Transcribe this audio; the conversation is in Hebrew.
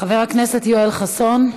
חבר הכנסת יואל חסון.